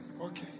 Okay